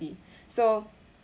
so